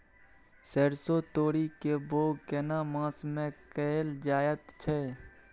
सरसो, तोरी के बौग केना मास में कैल जायत छै?